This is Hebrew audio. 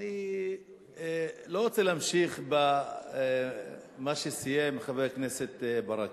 אני לא רוצה להמשיך במה שסיים חבר הכנסת ברכה,